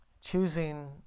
choosing